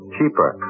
Cheaper